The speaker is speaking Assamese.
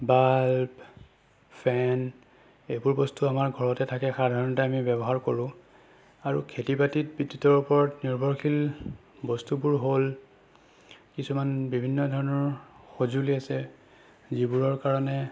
বাল্ব ফেন এইবোৰ বস্তু আমাৰ ঘৰতে থাকে সাধাৰণতে আমি ব্যৱহাৰ কৰোঁ আৰু খেতি বাতিত বিদ্যুতৰ ওপৰত নিৰ্ভৰশীল বস্তুবোৰ হ'ল কিছুমান বিভিন্ন ধৰণৰ সঁজুলি আছে যিবোৰৰ কাৰণে